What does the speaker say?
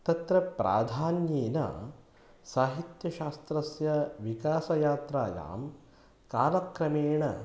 तत्र प्राधान्येन साहित्यशास्त्रस्य विकासयात्रायां कालक्रमेण